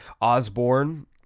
Osborne